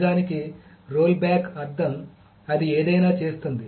నిజానికి roll back అర్థం అది ఏదైనా చేస్తుంది